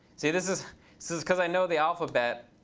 see, this is this is because i know the alphabet.